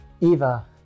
Eva